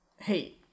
Hey